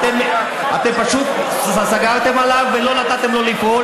אתם פשוט סגרתם עליו ולא נתתם לו לפעול,